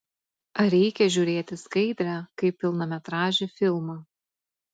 ar reikia žiūrėti skaidrę kaip pilnametražį filmą